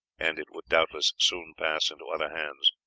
and it would doubtless soon pass into other hands.